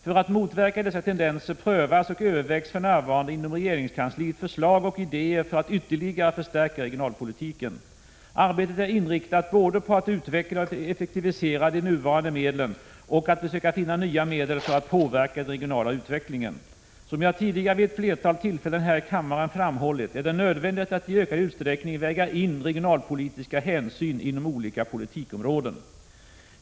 För att motverka dessa tendenser prövas och övervägs för närvarande inom regeringskansliet förslag och idéer för att ytterligare förstärka regionalpolitiken. Arbetet är inriktat både på att utveckla och effektivisera de nuvarande medlen och på att försöka finna nya medel för att påverka den regionala utvecklingen. Som jag tidigare vid ett flertal tillfällen här i kammaren framhållit är det nödvändigt att i ökad utsträckning väga in regionalpolitiska hänsyn inom olika politikområden.